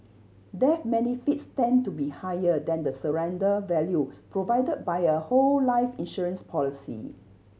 death benefits tend to be higher than the surrender value provided by a whole life insurance policy